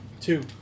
Two